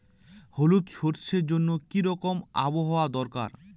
হলুদ সরষে জন্য কি রকম আবহাওয়ার দরকার?